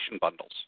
bundles